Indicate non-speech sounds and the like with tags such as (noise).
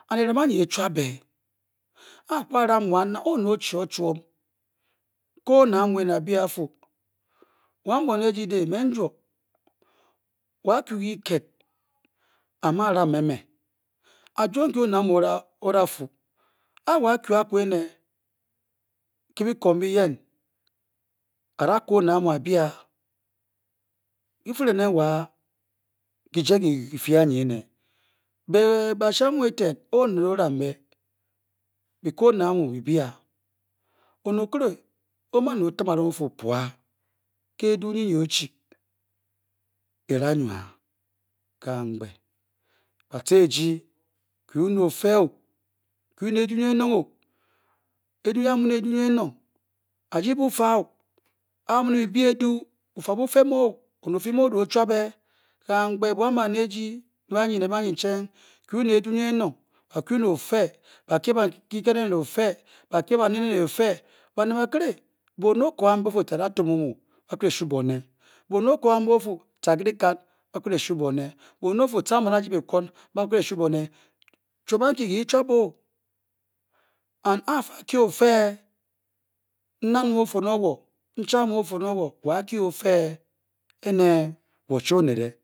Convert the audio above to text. Arc-rem baned ah tuab bē (hesitation) akuwa ramb wan o'nel ochur chom (hesitation) kur onel amu bia or fu (hesitation) wan borne ji la me rajor wa bu le ke kel ama rank je me o-jor nke o'nel yen ochi ofu ara ku onel amu abia infelen ne ula beḡe ke fia an yo onele otor onane fu puia biaban nel ji tu le oper oh baned bakle bonne okur kan be o-pu nam be pana tor omu ba phele shu bonne, bonne oku kam be ofu tar ke laklan ba pkele shu bonne, bame ofu tank bala yep ke kun apkele shu bonne aman inpe ana yen teny whor chi anel yeh